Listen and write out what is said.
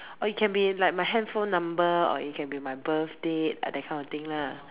oh it can be like my handphone number or it can be my birthdate that kind of thing lah